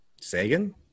Sagan